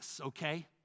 Okay